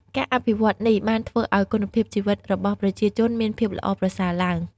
ការអភិវឌ្ឍនេះបានធ្វើឱ្យគុណភាពជីវិតរបស់ប្រជាជនមានភាពល្អប្រសើរឡើង។